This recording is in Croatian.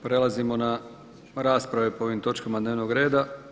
Prelazimo na rasprave po ovim točkama dnevnog reda.